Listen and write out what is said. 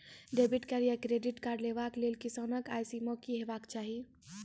Debit या credit card लेवाक लेल किसानक आय सीमा की हेवाक चाही?